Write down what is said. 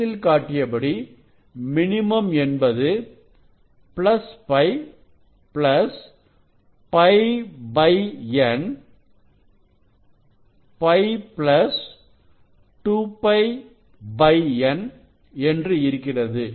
படத்தில் காட்டியபடி மினிமம் என்பது ππN π2πN என்று இருக்கிறது